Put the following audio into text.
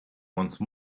once